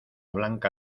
blanca